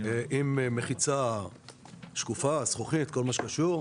עם מחיצה שקופה, זכוכית, כל מה שקשור.